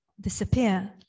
disappear